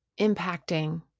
impacting